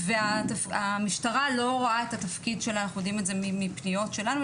אנחנו יודעים מפניות שלנו,